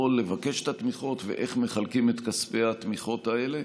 לבקש את התמיכות ואיך מחלקים את כספי התמיכות האלה.